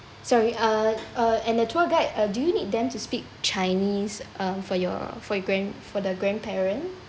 sorry uh uh and the tour guide uh do you need them to speak chinese ah for your for your grand~ for the grandparent